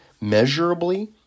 Measurably